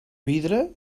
vidre